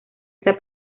está